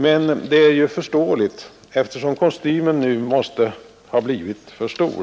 Men det är förståeligt, eftersom kostymen nu måste ha blivit för stor.